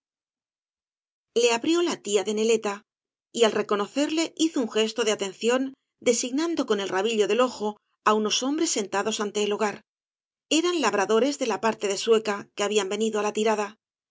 le abrió la tía de neieta y al reconocerle hizo un gesto de atención designando con el rabillo del ojo á unos hombres sentados ante el hogar eran labradores de la parte de sueca que habían venido á la tirada